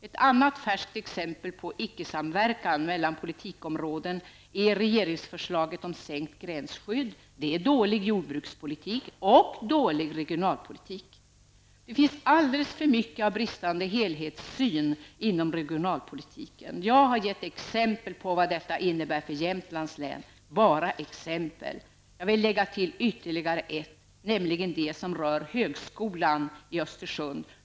Ett annat färskt exempel på ''icke-samverkan'' mellan politikområden är regeringsförslaget om sänkt gränsskydd. Det är dålig jordbrukspolitik och dålig regionalpolitik. Det finns alldeles för mycket av brist på helhetssyn inom regionalpolitiken. Jag har gett exempel på vad detta innebär för Jämtlands län -- bara exempel. Jag vill lägga till ytterligare ett, nämligen det som rör Högskolan i Östersund.